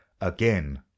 again